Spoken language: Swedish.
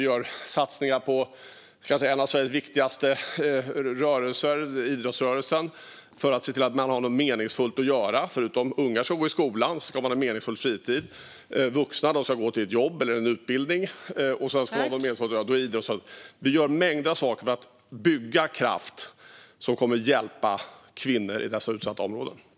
Vi gör satsningar på en av Sveriges viktigaste rörelser - idrottsrörelsen - för att se till att man har något meningsfullt att göra. Förutom att ungar ska gå i skolan ska de ha en meningsfull fritid. Vuxna ska gå till ett jobb eller en utbildning, och sedan ska de ha något meningsfullt att göra. Då är idrottsrörelsen viktig. Vi gör mängder av saker för att bygga kraft som kommer att hjälpa kvinnor i dessa utsatta områden.